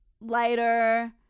lighter